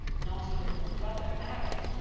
not even her brother arac,